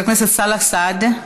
חבר הכנסת סאלח סעד,